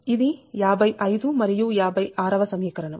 ఇది 55 మరియు 56 వ సమీకరణం